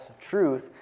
truth